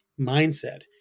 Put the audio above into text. mindset